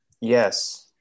Yes